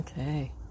Okay